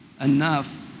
enough